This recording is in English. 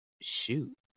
Shoot